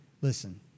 Listen